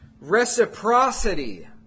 reciprocity